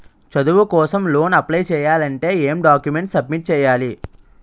చదువు కోసం loan apply చేయాలి అంటే ఎం డాక్యుమెంట్స్ సబ్మిట్ చేయాలి?